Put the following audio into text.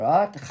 Right